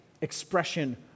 expression